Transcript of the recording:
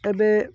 ତେବେ